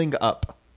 up